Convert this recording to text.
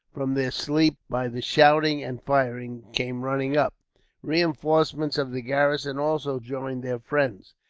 from their sleep by the shouting and firing, came running up reinforcements of the garrison also joined their friends,